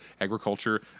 agriculture